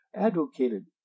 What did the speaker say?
advocated